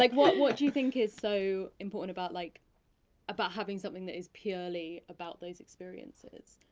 like what what do you think is so important about like about having something that is purely about those experiences?